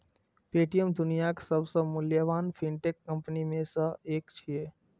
Paytm दुनियाक सबसं मूल्यवान फिनटेक कंपनी मे सं एक छियै